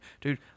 Dude